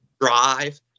drive